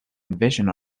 invasion